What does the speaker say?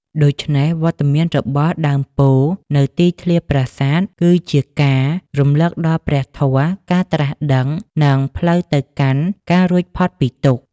ដូច្នេះ វត្តមានរបស់ដើមពោធិ៍នៅទីធ្លាប្រាសាទ គឺជាការរំលឹកដល់ ព្រះធម៌ ការត្រាស់ដឹង និងផ្លូវទៅកាន់ការរួចផុតពីទុក្ខ។